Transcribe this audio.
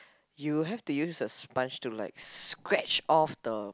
you will have to use the sponge to like scratch off the